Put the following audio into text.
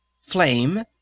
Flame—